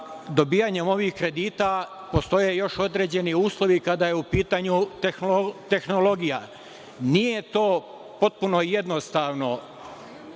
dobijanjem ovih kredita postoje još određeni uslovi kada je u pitanju tehnologija. Nije to potpuno jednostavno